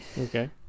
okay